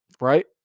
Right